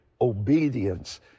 obedience